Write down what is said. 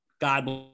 God